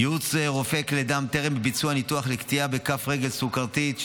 ייעוץ רופאי כלי דם טרם ביצוע ניתוח לקטיעה בכף רגל סוכרתית,